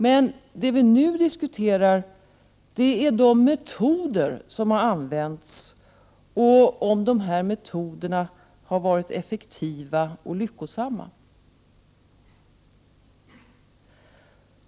Men det vi nu diskuterar är de metoder som har använts och om de här metoderna har varit effektiva och lyckosamma.